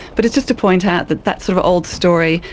but it's just to point out that that sort of old story,